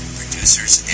producers